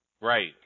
Right